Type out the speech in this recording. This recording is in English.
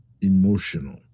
emotional